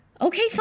Okay